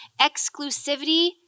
exclusivity